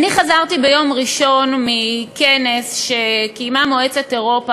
חזרתי ביום ראשון מכנס שקיימה מועצת אירופה